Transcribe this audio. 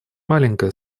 маленькая